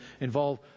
involve